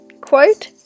quote